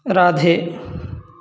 Radhe